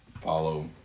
follow